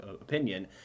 opinion